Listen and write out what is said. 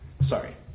Sorry